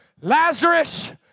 Lazarus